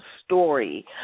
story